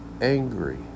angry